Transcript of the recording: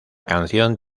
canción